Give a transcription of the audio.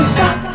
Stop